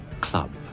club